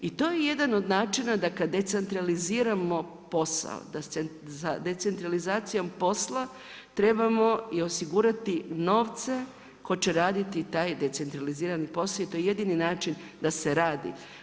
I to je jedan od načina da kada decentraliziramo posao da za decentralizacijom posla trebamo i osigurati novce tko će raditi taj decentralizirani posao i to je jedini način da se radi.